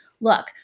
look